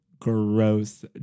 Gross